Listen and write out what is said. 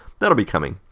that will be coming.